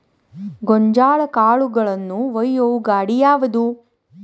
ಗೋಂಜಾಳ ಕಾಳುಗಳನ್ನು ಒಯ್ಯುವ ಗಾಡಿ ಯಾವದು?